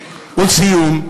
ולסיום,